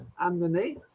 underneath